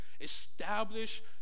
establish